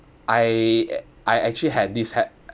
I I actually had this had